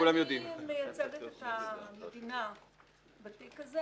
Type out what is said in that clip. אני מייצגת את המדינה בתיק הזה.